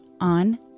on